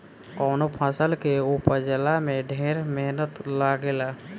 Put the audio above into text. कवनो फसल के उपजला में ढेर मेहनत लागेला